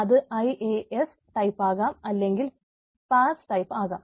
അത് IAAS ടൈപ്പാകാം അല്ലെങ്കിൽ PAAS ടൈപ്പാകാം